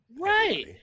right